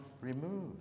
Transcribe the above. remove